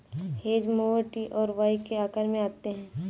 hedge mower T और Y के आकार में आते हैं